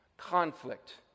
conflict